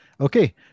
okay